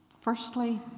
Firstly